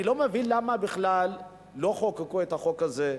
אני לא מבין למה בכלל לא חוקקו את החוק הזה.